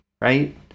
right